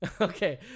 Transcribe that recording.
Okay